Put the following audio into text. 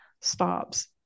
stops